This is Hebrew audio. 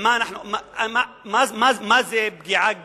מה זה "פגיעה גסה".